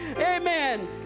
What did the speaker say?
Amen